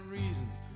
reasons